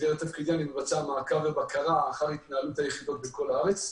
ובמסגרת תפקידי אני מבצע מעקב ובקרה אחר התנהלות היחידות בכל הארץ.